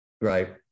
right